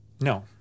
No